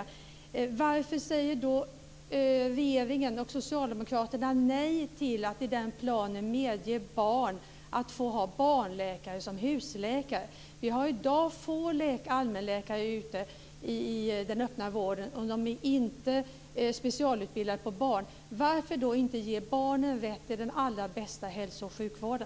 fråga: Varför säger regeringen och socialdemokraterna nej till att i den planen medge att barn ska få ha barnläkare som husläkare? Vi har i dag få allmänläkare ute i den öppna vården, och de är inte specialutbildade för barnsjukvård. Varför då inte ge barnen rätt till den allra bästa hälsooch sjukvården?